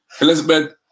Elizabeth